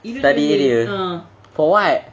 study area for what